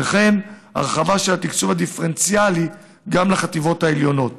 וכן הרחבה של התקצוב הדיפרנציאלי גם לחטיבות העליונות.